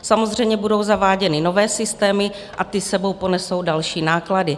Samozřejmě budou zaváděny nové systémy a ty s sebou ponesou další náklady.